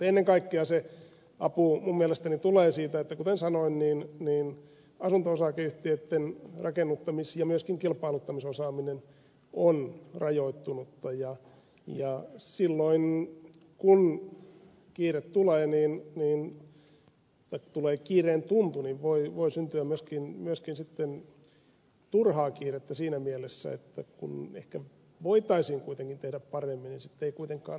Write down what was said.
ennen kaikkea se apu minun mielestäni tulee siitä että kuten sanoin asunto osakeyhtiöitten rakennuttamis ja myöskin kilpailuttamisosaaminen on rajoittunutta ja silloin kun kiire tulee tai tulee kiireen tuntu voi syntyä myöskin sitten turhaa kiirettä siinä mielessä että kun ehkä voitaisiin kuitenkin tehdä paremmin niin ei kuitenkaan tehdä